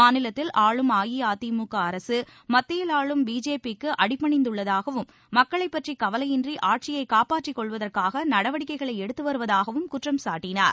மாநிலத்தில் ஆளும் அஇஅதிமுக அரசு மத்தியில் ஆளும் பிஜேபி க்கு அடிப்பணிந்துள்ளதாகவும் மக்களைப் பற்றி கவலையின்றி ஆட்சியை காப்பாற்றிக் கொள்வதற்காக நடவடிக்கைகளை எடுத்து வருவதாகவும் குற்றம் சாட்டினார்